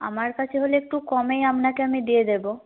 আমার কাছে হলে একটু কমেই আপনাকে আমি দিয়ে দেবো